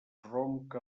ronca